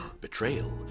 Betrayal